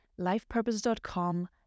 lifepurpose.com